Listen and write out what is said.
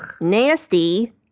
nasty